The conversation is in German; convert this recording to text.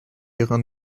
ihrer